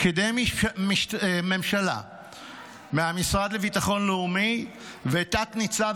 פקידי ממשלה מהמשרד לביטחון לאומי ותת-ניצב